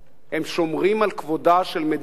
הם שומרים על כבודה של מדינת ישראל.